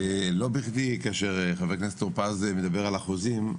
לא בכדי כאשר ח"כ טור פז מדבר על אחוזים,